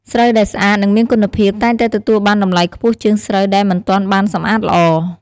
ស្រូវដែលស្អាត និងមានគុណភាព តែងតែទទួលបានតម្លៃខ្ពស់ជាងស្រូវដែលមិនទាន់បានសម្អាតល្អ។